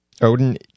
Odin